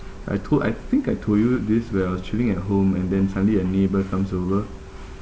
I told I think I told you this where I was chilling at home and then suddenly a neighbour comes over